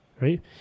right